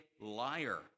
liar